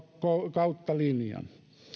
kautta linjan